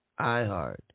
iHeart